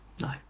No